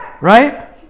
Right